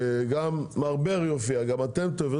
גם מר בר יופיע, גם אתם תופיעו.